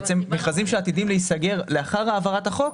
מכרזים שעתידים להיסגר לאחר העברת החוק,